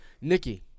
Nikki